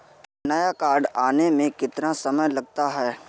नया कार्ड आने में कितना समय लगता है?